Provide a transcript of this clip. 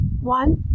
one